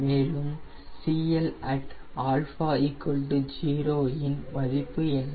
மேலும் at 0 இன் மதிப்பு என்ன